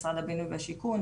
משרד הבינוי והשיכון,